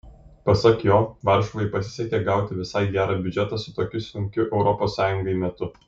pasak jo varšuvai pasisekė gauti visai gerą biudžetą tokiu sunkiu europos sąjungai metu